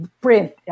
Print